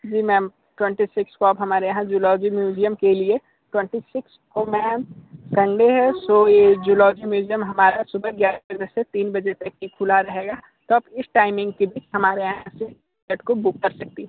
जी ma'am twenty six को आप हमारे यहां जूलॉजी म्यूजियम के लिए ट्वेंटी सिक्स को मैम संडे है सो यह जूलॉजी म्यूजियम हमारा सुबह ग्यारह बजे से तीन बजे तक ही खुला रहेगा तब इस टाइमिंग के लिए हमारे यहाँ से टिकट को बुक कर सकती हैं